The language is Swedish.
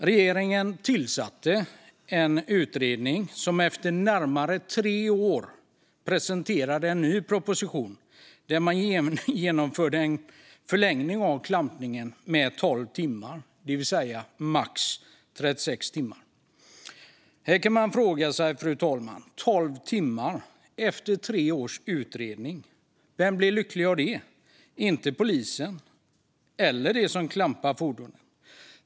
Regeringen tillsatte en utredning och presenterade efter närmare tre år en ny proposition där man föreslog en förlängning av klampningen med 12 timmar till max 36 timmar. Här kan man fråga sig, fru talman: 12 timmar, efter tre års utredning - vem blir lycklig av det? Polisen blir det inte, och inte heller de som klampar fordonen.